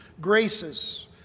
graces